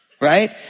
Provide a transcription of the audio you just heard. right